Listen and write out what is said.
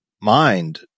mind